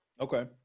Okay